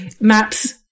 maps